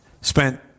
spent